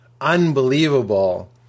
Unbelievable